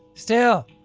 still.